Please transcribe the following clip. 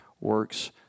works